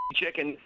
chicken